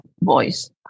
voice